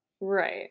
Right